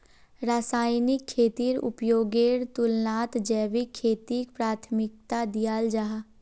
रासायनिक खेतीर उपयोगेर तुलनात जैविक खेतीक प्राथमिकता दियाल जाहा